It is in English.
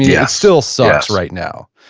yeah still sucks right now,